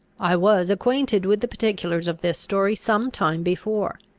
i was acquainted with the particulars of this story some time before.